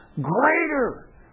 greater